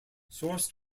source